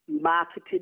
marketed